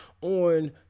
on